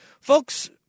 Folks